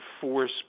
force